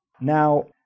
Now